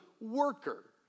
worker